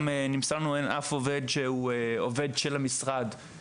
נמסר לנו שאף אחד מהעובדים של המשרד.